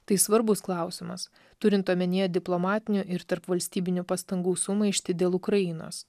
tai svarbus klausimas turint omenyje diplomatinių ir tarpvalstybinių pastangų sumaištį dėl ukrainos